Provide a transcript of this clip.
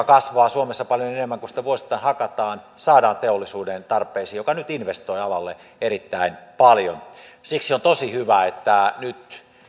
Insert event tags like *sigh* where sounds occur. *unintelligible* kasvaa suomessa paljon enemmän kuin sitä vuosittain hakataan me saamme teollisuuden tarpeisiin joka nyt investoi alalle erittäin paljon siksi on tosi hyvä että nyt